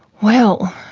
well,